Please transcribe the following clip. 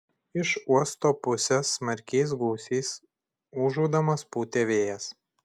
iš uosto pusės smarkiais gūsiais ūžaudamas pūtė vėjas